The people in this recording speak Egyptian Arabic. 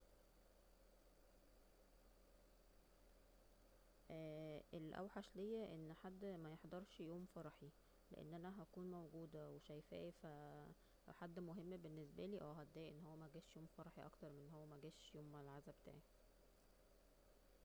ا الاوحش ليا أن حد ميحضرش يوم فرحي لأن أنا هكون موجودة وشايفاه ف حد مهم بالنسبالي اه هتضايق أن هو مجاش يوم فرحي اكتر أن هو مجاش يوم العزا بتاعي